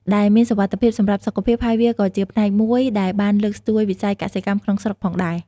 ដែលមានសុវត្ថិភាពសម្រាប់សុខភាព ហើយវាក៏ជាផ្នែកមួយដែលបានលើកស្ទួយវិស័យកសិកម្មក្នុងស្រុកផងដែរ។